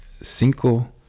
cinco